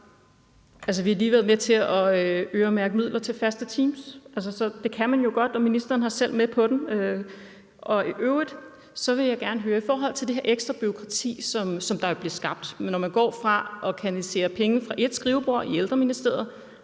Vi har lige været med til at øremærke midler til faste teams. Så det kan man jo godt, og ministeren var selv med på den. I øvrigt vil jeg gerne høre noget i forhold til det her ekstra bureaukrati, som der jo bliver skabt. Når man går fra at kanalisere penge fra et skrivebord i Ældreministeriet